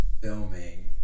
filming